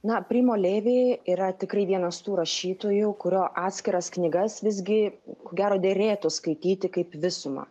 na primo levi yra tikrai vienas tų rašytojų kurio atskiras knygas visgi ko gero derėtų skaityti kaip visumą